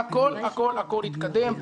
הכול הכול הכול יתקדם.